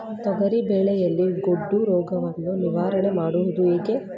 ತೊಗರಿ ಬೆಳೆಯಲ್ಲಿ ಗೊಡ್ಡು ರೋಗವನ್ನು ನಿವಾರಣೆ ಮಾಡುವುದು ಹೇಗೆ?